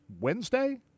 Wednesday